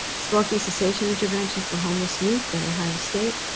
smoking cessation intervention for homeless youth at ohio state,